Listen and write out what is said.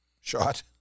shot